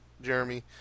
Jeremy